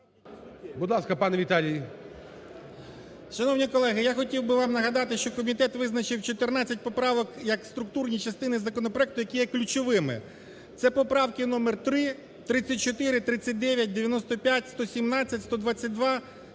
Будь ласка, пане Віталій. 16:28:32 СТАШУК В.Ф. Шановні колеги! Я хотів би вам нагадати, що комітет визначив 14 поправок як структурні частини законопроекту, які є ключовими. Це поправки номер 3, 34, 39, 95, 117, 122,